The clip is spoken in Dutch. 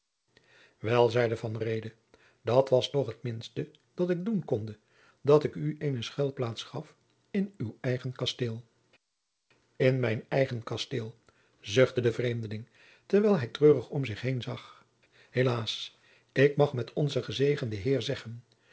wel zeide van reede dat was toch het minste dat ik doen konde dat ik u eene schuilplaats gaf in uw eigen kasteel in mijn eigen kasteel zuchtte de vreemdeling terwijl hij treurig om zich heen zag helaas ik mag met onzen gezegenden